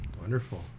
Wonderful